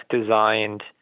designed